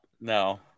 No